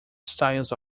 styles